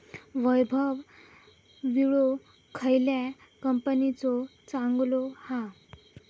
वैभव विळो खयल्या कंपनीचो चांगलो हा?